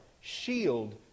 shield